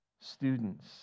Students